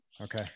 Okay